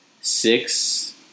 six